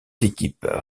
équipes